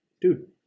Dude